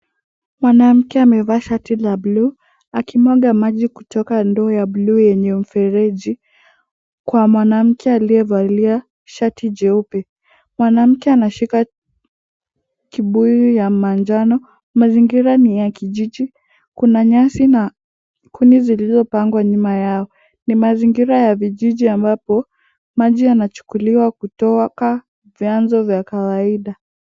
Mwanamke amevaa shati la bluu akimwaga maji kutoka ndoo ya bluu yenye mfereji kwa mwanamke aliyevalia shati jeupe. Mwanamke anashika kibuyu ya manjano, mazingira ni ya kijiji, kuna nyasi na kuni zilizopangwa nyuma yao. Ni mazingira ya vijiji ambapo maji yanachukuliwa kutoka vyanzo vya kawaida.